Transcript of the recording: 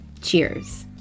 cheers